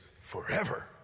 forever